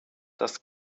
das